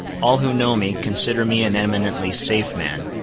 all who know me, consider me an eminently safe man.